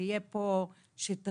שיהיה פה השיתוף,